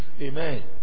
Amen